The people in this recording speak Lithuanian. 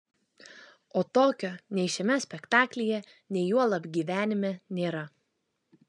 o tokio nei šiame spektaklyje nei juolab gyvenime nėra